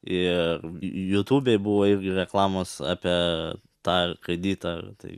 ir jutūbėj buvo irgi reklamos apie tą kreditą